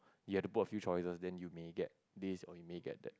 you have to put a few choices then you may get this or you may get that